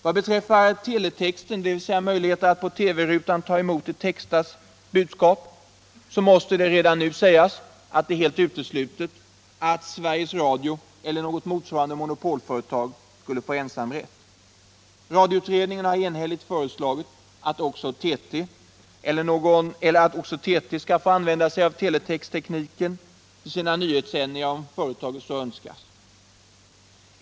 Vad beträffar teletexten, dvs. möjligheterna att på TV-rutan ta emot ett textat budskap, måste det anses som helt uteslutet att Sveriges Radio eller något motsvarande monopolföretag skulle få ensamrätt. Radioutredningen har enhälligt föreslagit att också TT skall få använda sig av teletexttekniken för sina nyhetssändningar om företaget så önskar.